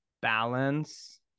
balance